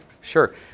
sure